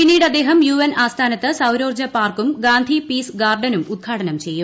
പിന്നീട് അദ്ദേഹം U N ആസ്ഥാനത്ത് സൌരോർജ്ജ പാർക്കും ഗാന്ധി പീസ് ഗാർഡനും ഉദ്ഘാടനം ചെയ്യും